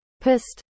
Pissed